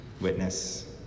witness